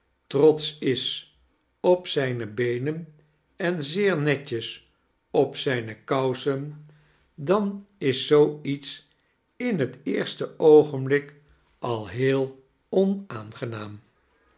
trotsch is op zijne beenen en zeer netjes op zijne kousen dan is zoo iets in het eerste oogenblik al heel onaangenaam